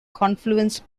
confluence